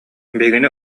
биһигини